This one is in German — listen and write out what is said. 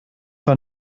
vor